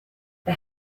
the